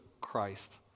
Christ